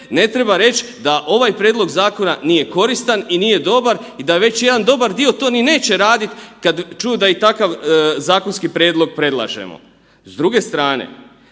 ne treba reć da ovaj prijedlog zakona nije koristan i nije dobar i da već jedan dobar dio to ni neće radit kada čuju da i takav zakonski prijedlog predlažemo. S druge strane,